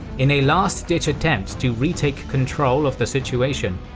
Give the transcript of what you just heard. in a last-ditch attempt to retake control of the situation,